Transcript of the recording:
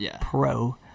Pro